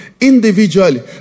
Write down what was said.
individually